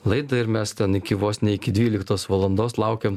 laidą ir mes ten iki vos ne iki dvyliktos valandos laukėm